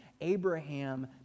Abraham